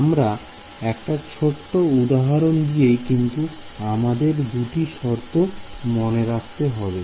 আমরা একটা ছোট্ট উদাহরণ দিই কিন্তু আমাদের দুটি শর্ত মনে রাখতে হবে